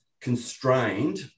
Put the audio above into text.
constrained